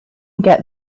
get